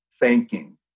thanking